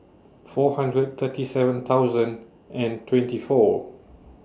four hundred thirty seven thousand and twenty four